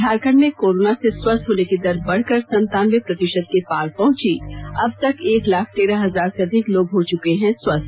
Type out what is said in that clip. झारखंड में कोरोना से स्वस्थ होने की दर बढ़कर सन्तानबे प्रतिशत के पार पहुंची अब तक एक लाख तेरह हजार से अधिक लोग हो चुके हैं स्वस्थ